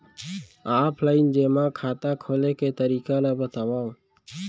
Offline जेमा खाता खोले के तरीका ल बतावव?